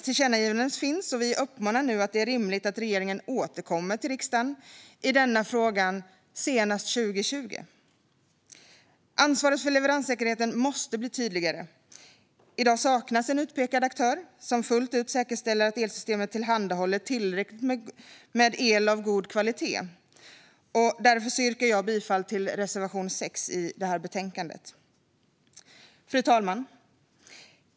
Tillkännagivandet finns, och vi uppmanar nu regeringen att återkomma till riksdagen i frågan senast under 2020. Ansvaret för leveranssäkerheten måste bli tydligare. I dag saknas en utpekad aktör som fullt ut säkerställer att elsystemet tillhandahåller tillräckligt med el av god kvalitet. Jag vill yrka bifall till reservation 6 i betänkandet. Fru talman!